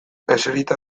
eserita